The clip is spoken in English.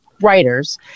writers